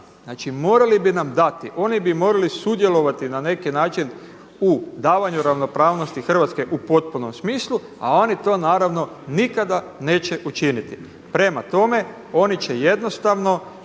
Znači, morali bi nam dati. Oni bi morali sudjelovati na neki način u davanju ravnopravnosti Hrvatske u potpunom smislu, a oni to naravno nikada neće učiniti. Prema tome, oni će jednostavno